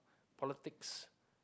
politics